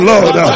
Lord